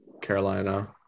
Carolina